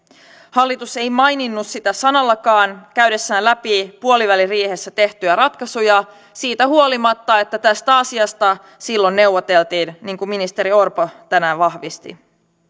hallitus ei maininnut sitä sanallakaan käydessään läpi puoliväliriihessä tehtyjä ratkaisuja siitä huolimatta että tästä asiasta silloin neuvoteltiin niin kuin ministeri orpo tänään vahvisti